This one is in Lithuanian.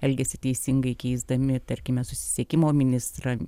elgiasi teisingai keisdami tarkime susisiekimo ministrą